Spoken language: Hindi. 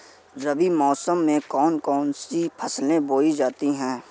रबी मौसम में कौन कौन सी फसलें बोई जाती हैं?